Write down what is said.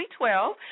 2012